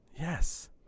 yes